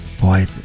Boy